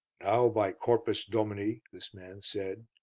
now, by corpus domini, this man said,